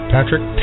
Patrick